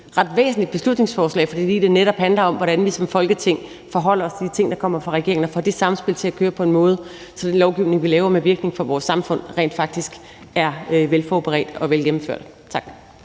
ret væsentligt beslutningsforslag, fordi det netop handler om, hvordan vi som Folketing forholder os til de ting, der kommer fra regeringen, og får det samspil til at køre på en måde, så den lovgivning, vi laver, med virkning for vores samfund rent faktisk er velforberedt og velgennemført. Tak.